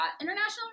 international